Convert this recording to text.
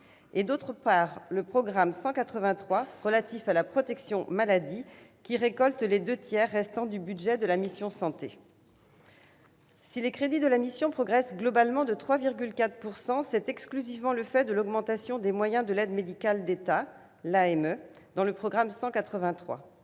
et le programme 183 relatif à la protection maladie, qui récolte les deux tiers restants. Si les crédits de la mission progressent globalement de 3,4 %, c'est exclusivement le fait de l'augmentation des moyens de l'aide médicale de l'État, dans le programme 183.